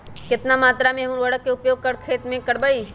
कितना मात्रा में हम उर्वरक के उपयोग हमर खेत में करबई?